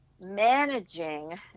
managing